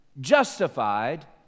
justified